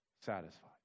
satisfied